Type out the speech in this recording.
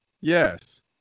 yes